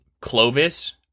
Clovis